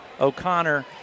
O'Connor